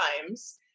times